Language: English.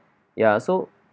ya so